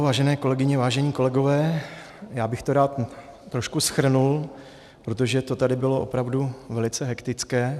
Vážené kolegyně, vážení kolegové, já bych to rád trošku shrnul, protože to tady bylo opravdu velice hektické.